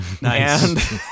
Nice